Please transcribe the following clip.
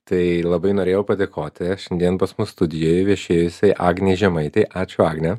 tai labai norėjau padėkoti šiandien pas mus studijoj viešėjusiai agnei žemaitei ačiū agne